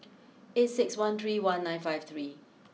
eight six one three one nine five three